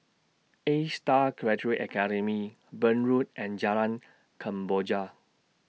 A STAR Graduate Academy Burn Road and Jalan Kemboja